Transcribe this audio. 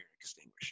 extinguisher